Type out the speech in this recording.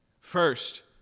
First